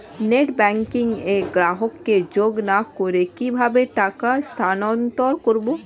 Net banking এ গ্রাহককে যোগ না করে কিভাবে টাকা স্থানান্তর করব?